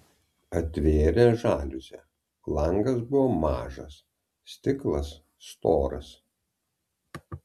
atvėrė žaliuzę langas buvo mažas stiklas storas